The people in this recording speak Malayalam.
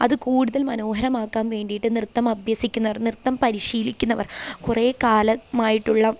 അത് കൂടുതൽ മനോഹരമാക്കാൻ വേണ്ടിയിട്ട് നൃത്തം അഭ്യസിക്കുന്നവർ നൃത്തം പരിശീലിക്കുന്നവർ കുറേ കാലമായിട്ടുള്ള